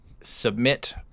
submit